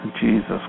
Jesus